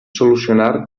solucionar